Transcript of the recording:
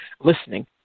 listening